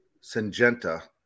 Syngenta